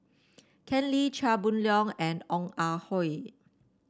Ken Lim Chia Boon Leong and Ong Ah Hoi